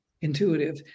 intuitive